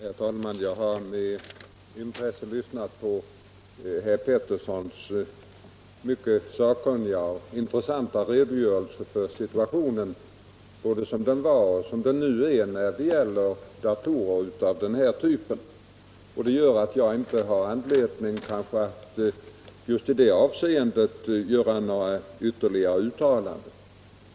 Herr talman! Jag har med intresse lyssnat på herr Petterssons i Lund mycket sakkunniga och intressanta redogörelse för situationen både som den var och som den nu är när det gäller datorer av den här typen. Jag kanske inte efter den redogörelsen har anledning att just i det avseendet göra några ytterligare uttalanden.